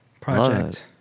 project